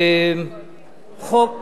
חוק